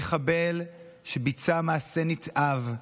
מחבל שביצע מעשה נתעב,